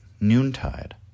noontide